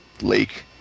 lake